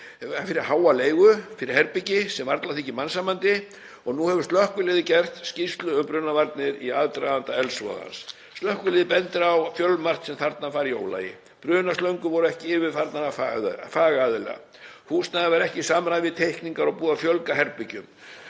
fyrir háa leigu fyrir herbergi sem varla þykja mannsæmandi, og nú hefur slökkviliðið gert skýrslu um brunavarnir í aðdraganda eldsvoðans. Slökkviliðið bendir á fjölmargt sem þarna var í ólagi: brunaslöngur voru ekki yfirfarnar af fagaðila, húsnæðið var ekki í samræmi við teikningar og búið að fjölga herbergjum,